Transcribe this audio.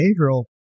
behavioral